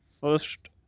first